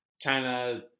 china